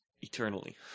eternally